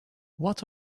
what